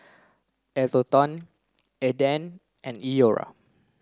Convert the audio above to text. Atherton Aden and Iora